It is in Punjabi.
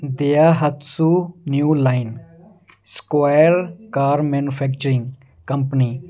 ਦਿਆ ਹੱਥਸੂ new line squall car manufacturing company